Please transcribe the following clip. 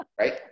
right